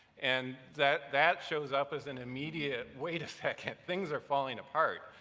and that that shows up as an immediate, wait a second, things are falling apart.